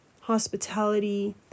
hospitality